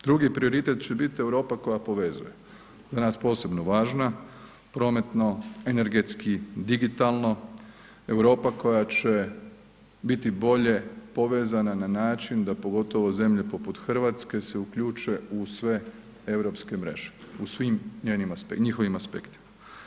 Drugi prioritet će bit Europa koja povezuje, za nas posebno važna prometno energetski digitalno Europa koja će biti bolje povezana na način da pogotovo zemlje poput RH se uključe u sve Europske mreže, u svim njihovim aspektima.